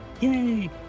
Yay